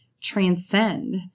transcend